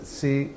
see